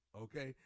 Okay